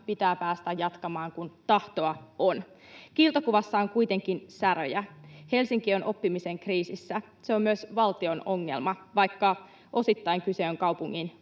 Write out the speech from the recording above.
pitää päästä jatkamaan, kun tahtoa on. Kiiltokuvassa on kuitenkin säröjä. Helsinki on oppimisen kriisissä. Se on myös valtion ongelma, vaikka osittain kyse on kaupungin